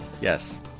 Yes